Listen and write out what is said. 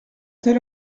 tel